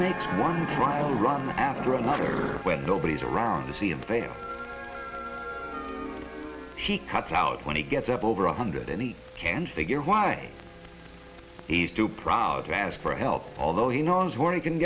makes one trial run after another when nobody's around to see him fail he cuts out when he gets up over one hundred and he can't figure why he's too proud to ask for help although he knows where he can